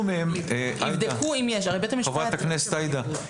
חברת הכנסת עאידה,